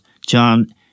John